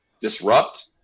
disrupt